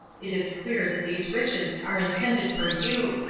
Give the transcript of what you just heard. it is clear that these riches are intended for you,